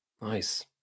Nice